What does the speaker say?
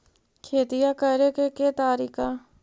खेतिया करेके के तारिका?